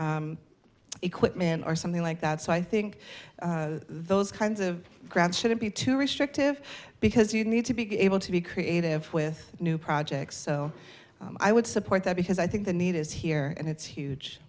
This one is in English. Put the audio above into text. equipment or something like that so i think those kinds of grants shouldn't be too restrictive because you need to be able to be creative with new projects so i would support that because i think the need is here and it's huge